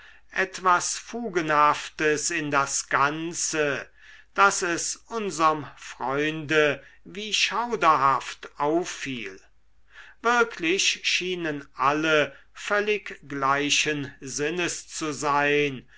etwas fugenhaftes in das ganze daß es unserm freunde wie schauderhaft auffiel wirklich schienen alle völlig gleichen sinnes zu sein